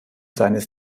seines